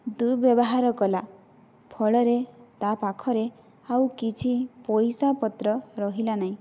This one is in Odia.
ଦୁର୍ବ୍ୟବହାର କଲା ଫଳରେ ତା' ପାଖରେ ଆଉ କିଛି ପାଇସାପତ୍ର ରହିଲା ନାହିଁ